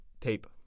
tape